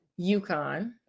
UConn